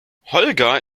holger